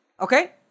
Okay